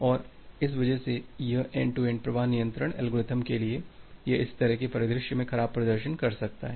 और इस वजह से यह एन्ड टू एन्ड प्रवाह नियंत्रण एल्गोरिथ्म के लिए यह इस तरह के परिदृश्य में खराब प्रदर्शन कर सकता है